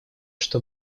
что